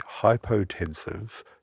hypotensive